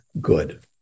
good